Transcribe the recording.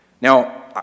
Now